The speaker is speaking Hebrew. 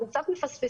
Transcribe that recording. אנחנו קצת מפספסים,